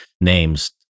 names